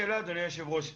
היושב-ראש?